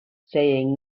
saying